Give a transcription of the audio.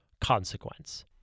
consequence